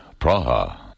Praha